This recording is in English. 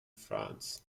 france